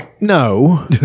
no